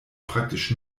praktisch